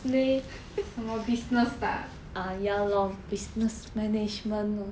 什么 business 的 ah